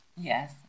Yes